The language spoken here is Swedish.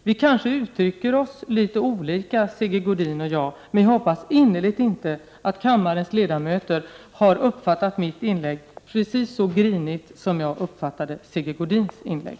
Vi kanske uttrycker oss litet olika, Sigge Godin och jag, men jag hoppas innerligt att kammarens ledamöter inte har uppfattat mitt inlägg som så grinigt som jag har uppfattat Sigge Godins inlägg.